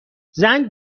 زنگ